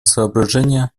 соображения